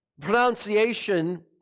Pronunciation